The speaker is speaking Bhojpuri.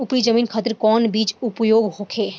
उपरी जमीन खातिर कौन बीज उपयोग होखे?